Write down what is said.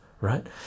right